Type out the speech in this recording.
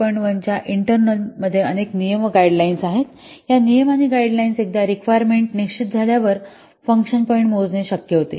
1 च्या इंटर्नल अनेक नियम व गाईडलाईन्स आहेत या नियम आणि गाईडलाईन्समुळे एकदा रिक्वायरमेंट निश्चित झाल्यावर फंक्शन पॉईंट मोजणे शक्य होते